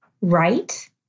right